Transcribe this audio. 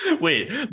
Wait